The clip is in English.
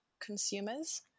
consumers